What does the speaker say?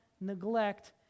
neglect